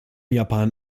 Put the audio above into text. japan